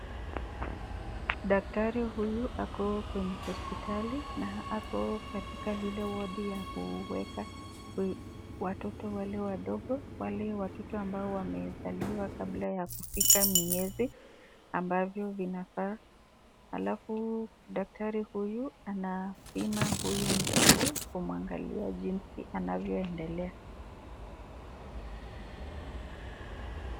Daktari huyu ako kwenye hospitali, na ako katika lile wodi la kuweka, watoto wale wadogo, wale watoto ambao wamezaliwa kabla ya kufika miezi, ambayo inafaa, alafu, daktari huyu anapima huyu mtoto, kumwangalia jinsi anavyo endelea.